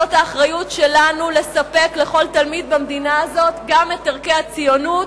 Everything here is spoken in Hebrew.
זאת האחריות שלנו לספק לכל תלמיד במדינה הזאת גם את ערכי הציונות,